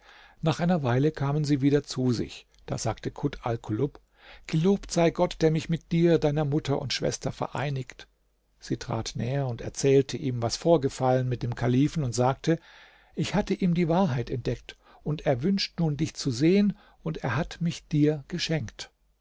nach einer weile kamen sie wieder zu sich da sagte kut alkulub gelobt sei gott der mich mit dir deiner mutter und schwester vereinigt sie trat näher und erzählte ihm was vorgefallen mit dem kalifen und sagte ich hatte ihm die wahrheit entdeckt er wünscht nun dich zu sehen und hat mich dir geschenkt